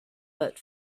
but